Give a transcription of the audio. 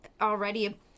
already